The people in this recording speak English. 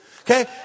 Okay